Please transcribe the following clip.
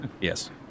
Yes